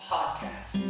Podcast